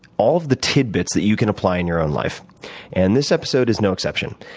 all of the tidbits that you can apply in your own life and this episode is no exception.